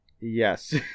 Yes